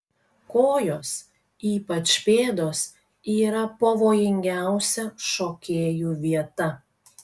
kojos ypač pėdos yra pavojingiausia šokėjų vieta